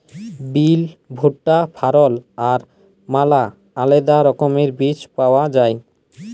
বিল, ভুট্টা, ফারল আর ম্যালা আলেদা রকমের বীজ পাউয়া যায়